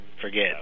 forget